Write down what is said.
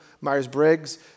Myers-Briggs